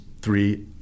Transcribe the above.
three